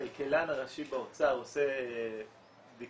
הכלכלן הראשי באוצר עושה בדיקות,